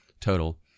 total